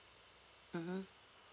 mmhmm